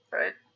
right